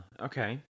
Okay